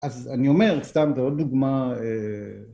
אז אני אומר סתם זה עוד דוגמה